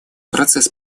процесс